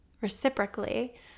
reciprocally